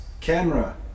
camera